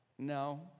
No